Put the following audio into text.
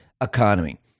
economy